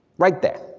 right there,